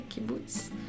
kibbutz